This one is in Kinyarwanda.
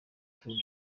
tour